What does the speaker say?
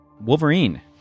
wolverine